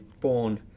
born